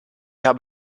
habe